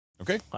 Okay